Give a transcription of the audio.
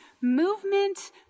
Movement